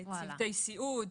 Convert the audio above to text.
צוותי סיעוד,